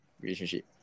relationship